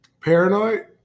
Paranoid